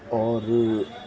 اور